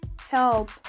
help